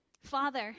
Father